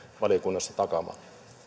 valiokunnassa takaamaan